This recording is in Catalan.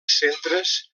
centres